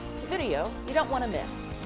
it's video you don't want to miss,